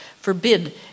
forbid